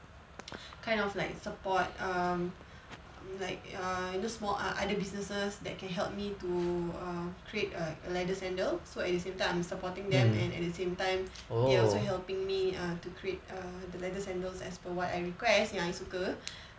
kind of like support um like err you know small err other businesses that can help me to err create a a leather sandal so at the same time I'm supporting them and at the same time they are also helping me err to create err the leather sandals as per what I request yang I suka